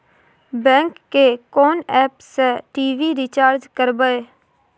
Bank के कोन app से टी.वी रिचार्ज करबे?